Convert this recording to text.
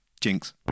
Jinx